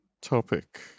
topic